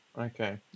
Okay